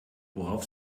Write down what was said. worauf